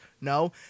No